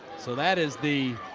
so that is the